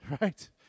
Right